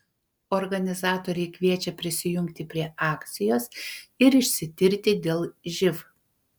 organizatoriai kviečia prisijungti prie akcijos ir išsitirti dėl živ